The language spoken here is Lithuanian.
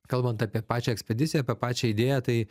kalbant apie pačią ekspediciją apie pačią idėją tai